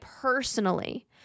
personally